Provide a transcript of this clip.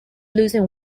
losing